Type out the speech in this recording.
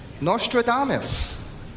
Nostradamus